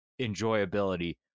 enjoyability